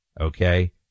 Okay